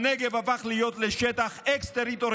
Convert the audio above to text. הנגב הפך להיות שטח אקסטריטוריאלי.